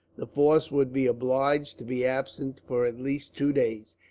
the force would be obliged to be absent for at least two days.